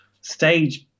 stage